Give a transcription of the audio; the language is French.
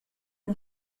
mon